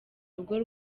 rugo